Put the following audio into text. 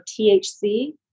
THC